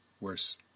Worse